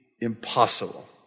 impossible